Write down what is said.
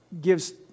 gives